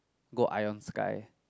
go Ion Sky